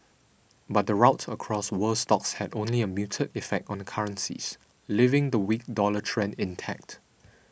but the rout across world stocks had only a muted effect on currencies leaving the weak dollar trend intact